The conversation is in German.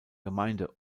gemeinde